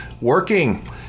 working